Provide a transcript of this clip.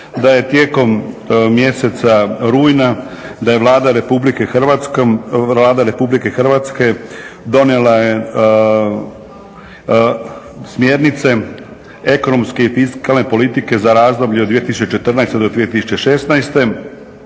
da je tijekom mjeseca rujna da je Vlada Republike Hrvatske donijela je smjernice ekonomske i fiskalne politike za razdoblje od 2014.-2016.